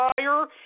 Fire